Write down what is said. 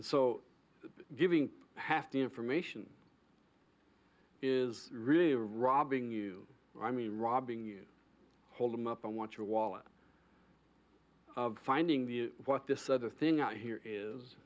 so giving half the information is really a robbing you i mean robbing you hold them up on what your wallet of finding the what this other thing out here is